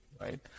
Right